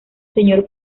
señor